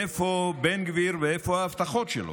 איפה בן גביר ואיפה ההבטחות שלו?